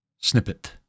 snippet